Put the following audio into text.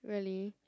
really